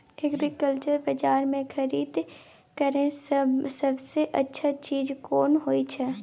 Agriculture बाजार में खरीद करे से सबसे अच्छा चीज कोन होय छै?